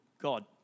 God